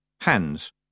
Hands